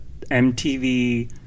mtv